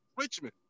Richmond